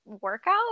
workout